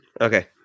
Okay